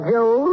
Joe